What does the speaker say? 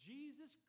Jesus